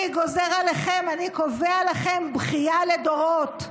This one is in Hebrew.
אני קובע לכם בכייה לדורות.